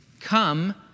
come